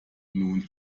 nun